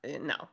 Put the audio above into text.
no